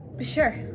Sure